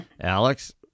Alex